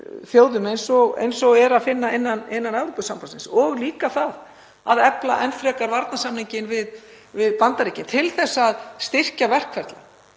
þjóðum eins og er að finna innan Evrópusambandsins og líka það að efla enn frekar varnarsamninginn við Bandaríkin til að styrkja verkferla.